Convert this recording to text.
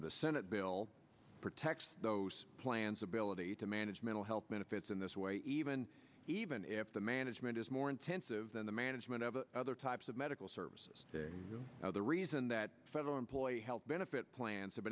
of the senate bill protect those plans ability to manage mental health benefits in this way even even if the management is more intensive than the management of other types of medical services the reason that federal employee health benefit plans have